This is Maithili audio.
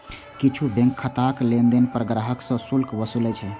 किछु बैंक खाताक लेनदेन पर ग्राहक सं शुल्क वसूलै छै